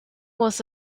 was